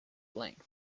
length